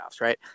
right